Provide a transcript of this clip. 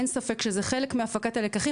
אין ספק שזה חלק מהפקת הלקחים.